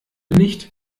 nicht